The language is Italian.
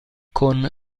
con